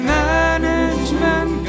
management